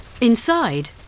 Inside